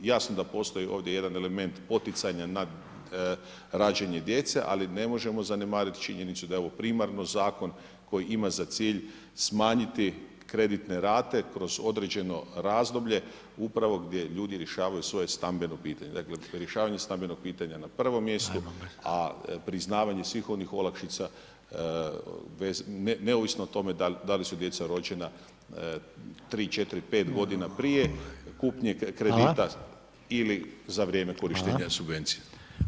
Jasno da postoji ovdje jedan element poticanja na rađanje djece, ali ne možemo zanemariti činjenicu da je ovo primarno zakon koji ima za cilj smanjiti kreditne rate kroz određeno razdoblje, upravo gdje ljudi rješavaju svoje stambeno pitanje, dakle rješavanje stambenog pitanja na prvom mjestu, a priznavanje svih onih olakšica neovisno o tome da li su djeca rođena 3, 4, 5 godina prije kupnje kredita ili za vrijeme korištenja subvencije.